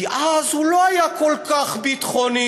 כי אז הוא לא היה כל כך ביטחוני.